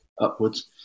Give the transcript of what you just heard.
upwards